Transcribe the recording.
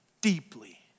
deeply